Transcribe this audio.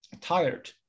tired